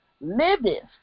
liveth